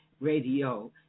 Radio